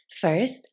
First